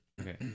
Okay